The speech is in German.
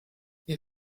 ihr